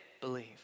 believe